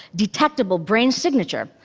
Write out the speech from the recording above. detectable brain signature.